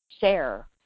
share